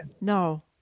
No